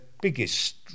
biggest